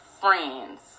friends